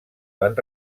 van